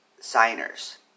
signers